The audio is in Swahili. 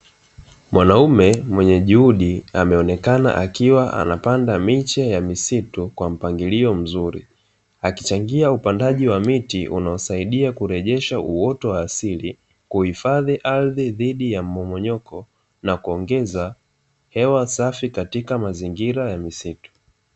Mwanaume mwenye juhudi ameonekana akiwa anapanda miche ya misitu kwa mpangilio mzuri, akichangia upandaji wa miti unaosaidia kurejesha uoto wa asili, kuhifadhi ardhi dhidi ya mmomonyoko na kuongeza hewa safi katika mazingira ya misitu.